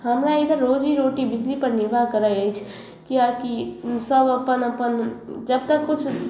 हमरा इधर रोजीरोटी बिजली पर निर्भर करै अछि किएकी ई सब अपन अपन जबतक किछु